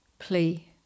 plea